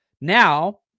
Now